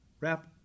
wrap